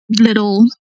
little